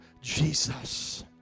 Jesus